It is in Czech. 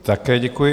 Také děkuji.